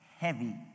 heavy